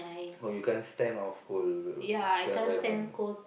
oh you can't stand of cold cold environment